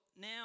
now